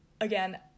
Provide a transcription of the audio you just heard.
again